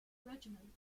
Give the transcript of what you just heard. regiment